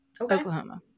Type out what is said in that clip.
Oklahoma